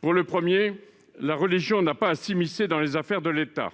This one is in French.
Pour le premier, la religion n'a pas à s'immiscer dans les affaires de l'État,